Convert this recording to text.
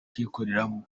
kuyikoreramo